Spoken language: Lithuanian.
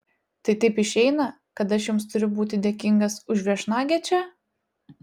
tai taip išeina kad aš jums turiu būti dėkingas už viešnagę čia